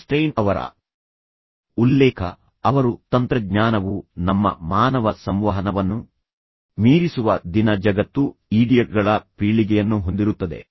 Einstein ಅವರ ಉಲ್ಲೇಖ ಅವರು ತಂತ್ರಜ್ಞಾನವು ನಮ್ಮ ಮಾನವ ಸಂವಹನವನ್ನು ಮೀರಿಸುವ ದಿನ ಜಗತ್ತು ಈಡಿಯಟ್ಗಳ ಪೀಳಿಗೆಯನ್ನು ಹೊಂದಿರುತ್ತದೆ